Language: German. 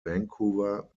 vancouver